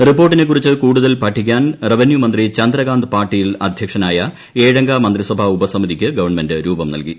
റിപ്പോർട്ടിനെക്കുറിച്ച് കൂടുതൽ പഠിക്കാൻ റവന്യൂ മന്ത്രി ചന്ദ്രകാന്ത് പാട്ടീൽ അധ്യക്ഷനായ ഏഴംഗ മന്ത്രിസഭാ ഉപസമിതിക്ക് ഗവൺമെന്റ് രൂപം നൽകി